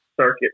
circuit